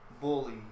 bully